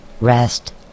rest